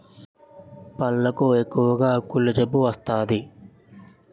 పళ్లకు ఎక్కువగా కుళ్ళు జబ్బు వస్తాది